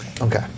Okay